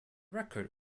record